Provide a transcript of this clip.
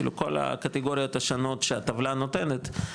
כאילו כל הקטגוריות השונות שהטבלה נותנת,